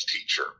teacher